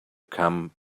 come